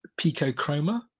Picochroma